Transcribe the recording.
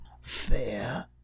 Fair